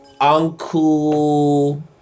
Uncle